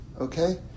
Okay